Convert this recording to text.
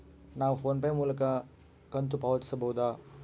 ನಾವು PhonePe ಮೂಲಕ ಕಂತು ಪಾವತಿಸಬಹುದಾ?